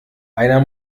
einer